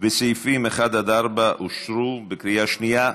וסעיפים 1 4 אושרו בקריאה שנייה,